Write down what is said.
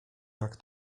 jak